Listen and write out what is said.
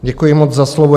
Děkuji moc za slovo.